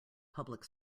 public